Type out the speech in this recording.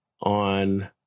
on